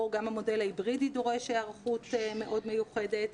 גם המודל ההיברידי דורש היערכות מאוד מיוחדת.